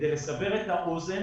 כדי לסבר את האוזן,